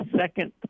second